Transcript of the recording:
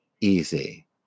easy